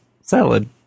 salad